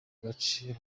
gace